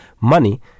money